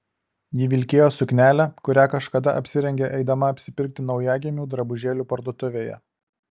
ji vilkėjo suknelę kurią kažkada apsirengė eidama apsipirkti naujagimių drabužėlių parduotuvėje